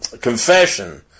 confession